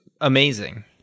amazing